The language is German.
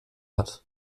hat